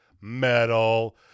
metal